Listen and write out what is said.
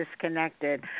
disconnected